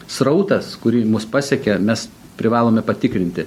srautas kurį mus pasiekė mes privalome patikrinti